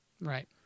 right